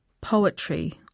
poetry